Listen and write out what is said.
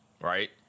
Right